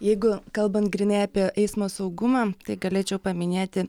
jeigu kalbant grynai apie eismo saugumą tai galėčiau paminėti